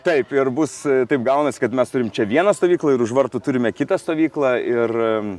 taip ir bus taip gaunasi kad mes turim čia vieną stovyklą ir už vartų turime kitą stovyklą ir